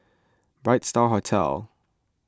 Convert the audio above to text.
Bright Star Hotel